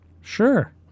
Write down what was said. Sure